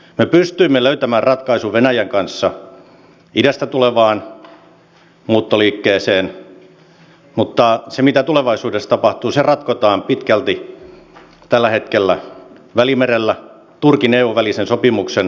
me pystyimme löytämään ratkaisun venäjän kanssa idästä tulevaan muuttoliikkeeseen mutta se mitä tulevaisuudessa tapahtuu ratkotaan pitkälti tällä hetkellä välimerellä turkin ja eun välisen sopimuksen toimeenpanossa